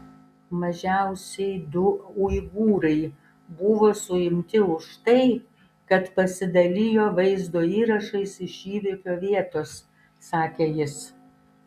mažiausiai du uigūrai buvo suimti už tai kad pasidalijo vaizdo įrašais iš įvykio vietos sakė jis